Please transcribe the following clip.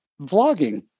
vlogging